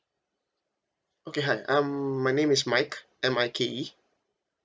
okay hi um my name is mike M I K E